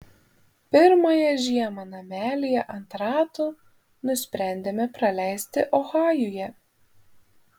pirmąją žiemą namelyje ant ratų nusprendėme praleisti ohajuje